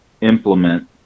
implement